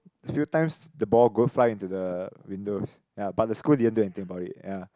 few times the ball go fly into the windows ya but the school didn't do anything about it ya